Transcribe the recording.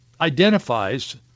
identifies